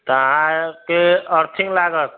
त अहाँके अर्थिंग लागत